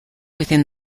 within